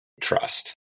trust